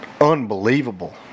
unbelievable